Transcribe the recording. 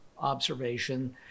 observation